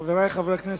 חברי חברי הכנסת,